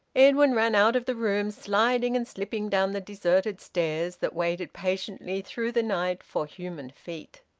edwin ran out of the room, sliding and slipping down the deserted stairs that waited patiently through the night for human feet.